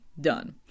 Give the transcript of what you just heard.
Done